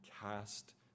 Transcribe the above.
cast